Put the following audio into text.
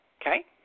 okay